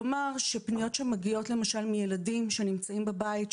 כלומר פניות שמגיעות למשל מילדים שנמצאים בבית.